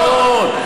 אה, אין שוויון.